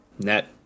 Net